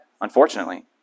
Unfortunately